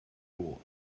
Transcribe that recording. will